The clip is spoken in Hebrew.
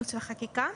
מייעוץ וחקיקה.